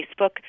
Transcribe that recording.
Facebook